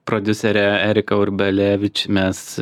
prodiusere erika urbelevič mes